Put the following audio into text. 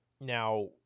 Now